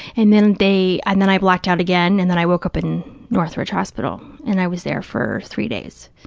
and then they, and then i blacked out again and then i woke up in northridge hospital, and i was there for three days.